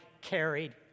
carried